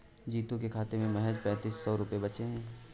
जीतू के खाते में महज पैंतीस सौ रुपए बचे हैं